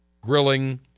grilling